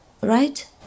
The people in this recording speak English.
Right